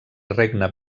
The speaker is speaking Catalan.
regne